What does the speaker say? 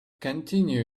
continue